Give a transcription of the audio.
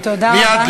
מייד,